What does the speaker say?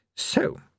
So